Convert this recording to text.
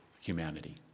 humanity